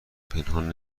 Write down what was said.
پنهان